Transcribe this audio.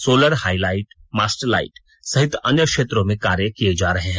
solar high light mast light सहित अन्य क्षेत्रों में कार्य किये जा रहे हैं